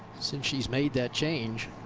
since she's made that change,